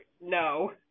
no